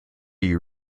you